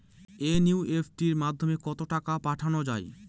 NEFT মাধ্যমে কত টাকা পাঠানো যায়?